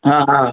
हा हा